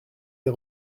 des